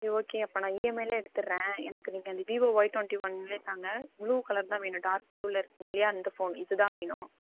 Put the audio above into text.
சரி ஓகே அப்ப நா இஎம்ஐலே எடுத்துட்றேன் எனக்கு நீங்கள் இந்த வீவோ ஒய் டுவெண்ட்டி ஒன்னிலே தாங்க ப்ளூ கலர் தான் வேணும் டார்க் ப்ளூவில் இருக்குங்க இல்லையா இந்த ஃபோன் இது தான் வேணும்